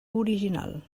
original